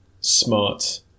smart